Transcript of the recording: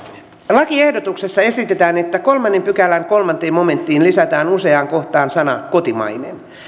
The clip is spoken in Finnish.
lakiehdotuksessa esitetään että kolmannen pykälän kolmanteen momenttiin lisätään useaan kohtaan sana kotimainen